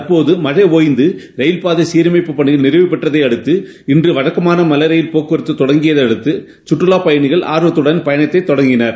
தற்போது மழை ஒய்ந்து ரயில்பாதை சீரமைப்புப் பனிகள் நிறைவு பெற்றதை அடுத்து இன்று வழக்கமான மலை ரயில் போக்குவரத்து தொடங்கியதை அடுத்து சுற்றுலாப் பயனிகள் ஆர்வத்துடன் பயனத்தை தொடங்கினர்